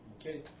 Okay